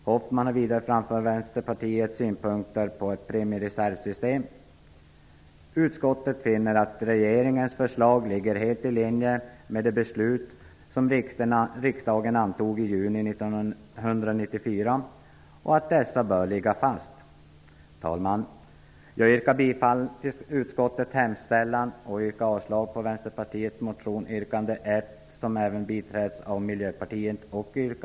Ulla Hoffmann har vidare framfört Vänsterpartiets synpunkter på ett premiereservsystem. Utskottet finner att regeringens förslag ligger helt i linje med de beslut som riksdagen antog i juni 1994 och att dessa bör ligga fast. Herr talman! Jag yrkar bifall till utskottets hemställan och avslag på Vänsterpartiets motion, dvs.